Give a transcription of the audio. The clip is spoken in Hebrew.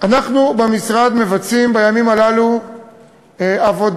אנחנו במשרד מבצעים בימים הללו עבודת